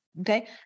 Okay